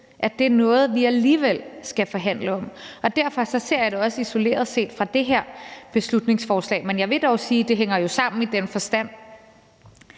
at det er noget, vi alligevel skal forhandle om, og derfor ser jeg det også isoleret i forhold til det her beslutningsforslag. Men jeg vil dog sige, at det hænger sammen i den forstand,